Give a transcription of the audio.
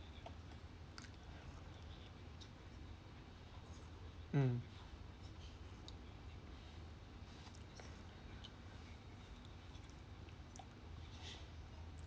mm